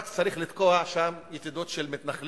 רק צריך לתקוע שם יתדות של מתנחלים,